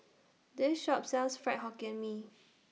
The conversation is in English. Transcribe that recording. This Shop sells Fried Hokkien Mee